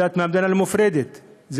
הדת לא מופרדת מהמדינה,